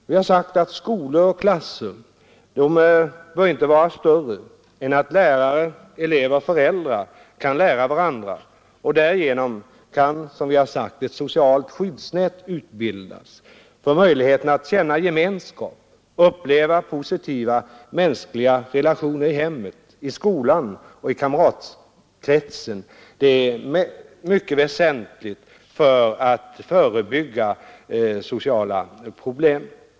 Vi har sagt att skolor och klasser inte bör vara större än att lärare, elever och föräldrar kan lära känna varandra, Därigenom kan ett socialt skyddsnät utbildas som ger möjlighet att känna gemenskap och uppleva positiva mänskliga relationer i hemmet, i skolan och i kamratkretsen.